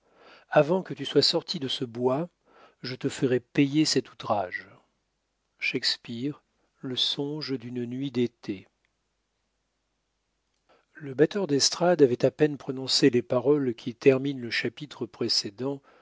avant que tu sois sorti de ce bois je te ferai payer cet outrage shakespeare le songe d'une nuit d'été le batteur d'estrade avait à peine prononcé les paroles qui terminent le chapitre précédent